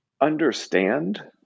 understand